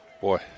Boy